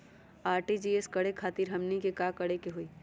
RTGS करे खातीर हमनी के का करे के हो ई?